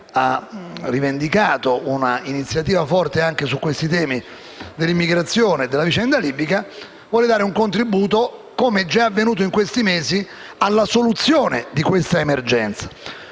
ha rivendicato un'iniziativa forte sui temi dell'immigrazione e sulla vicenda libica, vuole dare un contributo - come già avvenuto negli ultimi mesi - alla soluzione di questa emergenza.